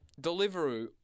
Deliveroo